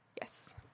Yes